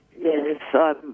Yes